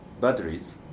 batteries